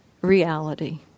reality